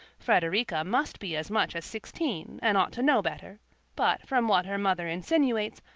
frederica must be as much as sixteen, and ought to know better but from what her mother insinuates,